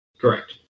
Correct